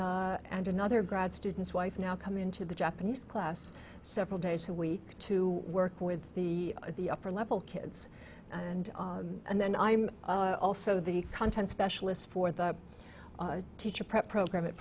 wife and another grad students wife now come into the japanese class several days a week to work with the the upper level kids and and then i'm also the content specialist for the teacher prep program